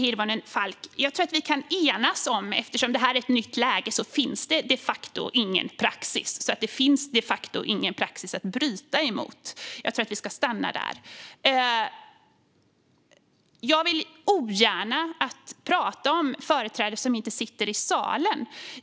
Fru talman! Eftersom det här är ett nytt läge finns det de facto ingen praxis att bryta emot. Jag tror att jag ska stanna där. Jag vill ogärna prata om företrädare som inte sitter i salen.